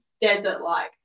desert-like